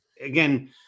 again